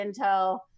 intel